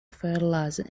fertilizer